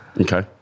Okay